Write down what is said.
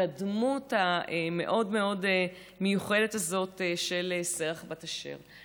הדמות המאוד-מאוד מיוחדת הזאת של שרח בת אשר.